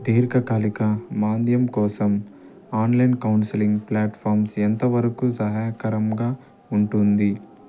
దీర్ఘకాలిక మాంద్యం కోసం ఆన్లైన్ కౌన్సిలింగ్ ప్లాట్ఫామ్స్ ఎంతవరకు సహాయకరంగా ఉంటుంది